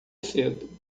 cedo